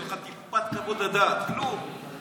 אין לך טיפת כבוד לדת, כלום.